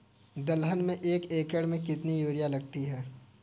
दलहन में एक एकण में कितनी यूरिया लगती है?